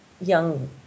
young